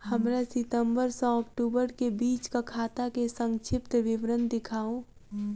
हमरा सितम्बर सँ अक्टूबर केँ बीचक खाता केँ संक्षिप्त विवरण देखाऊ?